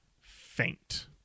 faint